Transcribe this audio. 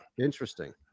Interesting